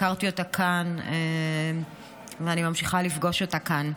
הכרתי אותה כאן, ואני ממשיכה לפגוש אותה כאן.